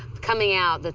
coming out,